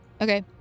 Okay